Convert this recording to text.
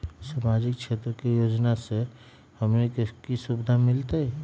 सामाजिक क्षेत्र के योजना से हमनी के की सुविधा मिलतै?